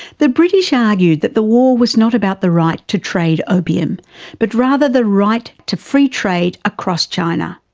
the british argued that the war was not about the right to trade opium but rather the right to free trade across china.